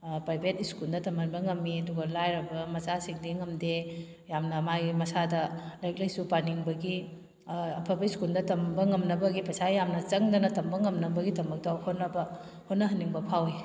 private ꯁ꯭ꯀꯨꯜꯗ ꯇꯝꯍꯟꯕ ꯉꯝꯃꯤ ꯑꯗꯨꯒ ꯂꯥꯏꯔꯕ ꯃꯆꯥꯁꯤꯡꯗꯤ ꯉꯝꯗꯦ ꯌꯥꯝꯅ ꯃꯥꯒꯤ ꯃꯁꯥꯗ ꯂꯥꯏꯔꯤꯛ ꯂꯥꯏꯁꯨ ꯄꯥꯅꯤꯡꯕꯒꯤ ꯑꯐꯕ ꯁ꯭ꯀꯨꯜꯗ ꯇꯝꯕ ꯉꯝꯅꯕꯒꯤ ꯄꯩꯁꯥ ꯌꯥꯝꯅ ꯆꯪꯗꯅ ꯇꯝꯕ ꯉꯝꯅꯕꯒꯤꯗꯃꯛꯇ ꯍꯣꯠꯅꯕ ꯍꯣꯠꯅꯍꯟꯅꯤꯡꯕ ꯐꯥꯎꯋꯤ